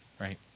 right